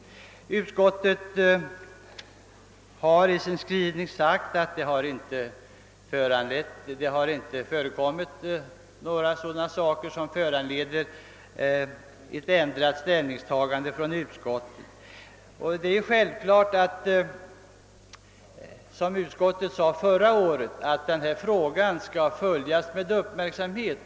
Utskottet har i sin skrivning sagt att det inte har förekommit något som bör föranleda ett ändrat ställningstagande från utskottets sida. Förra året sade utskottet att frågan skulle följas med uppmärksamhet.